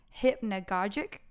hypnagogic